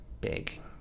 big